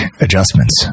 adjustments